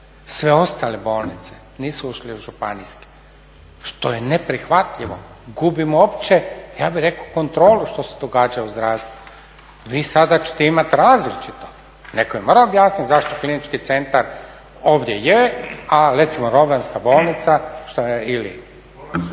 sve ostale bolnice nisu ušle u županijski što je neprihvatljivo, gubimo uopće ja bih rekao kontrolu što se događa u zdravstvu. Vi sada ćete imati različito netko je morao objasniti zašto klinički centar ovdje je a recimo Rovinjska bolnica ili